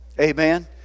Amen